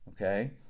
okay